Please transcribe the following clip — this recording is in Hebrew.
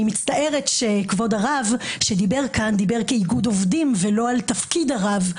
אני מצטערת שכבוד הרב שדיבר כאן דיבר כאיגוד עובדים ולא על תפקיד הרב,